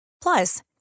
Plus